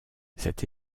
cette